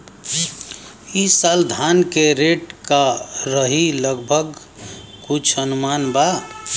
ई साल धान के रेट का रही लगभग कुछ अनुमान बा?